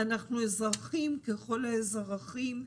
אנחנו אזרחים ככל האזרחים,